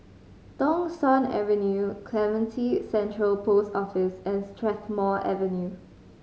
Thong Soon Avenue Clementi Central Post Office and Strathmore Avenue